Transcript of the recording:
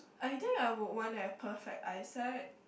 I think I would want to have perfect eyesight